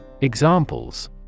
Examples